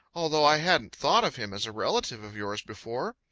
although i hadn't thought of him as a relative of yours before.